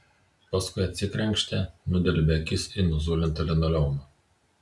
paskui atsikrenkštė nudelbė akis į nuzulintą linoleumą